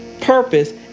purpose